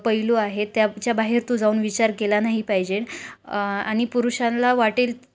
पैलू आहे त्याच्या बाहेर तू जाऊन विचार केला नाही पाहिजे आणि पुरुषांना वाटेल